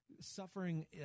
suffering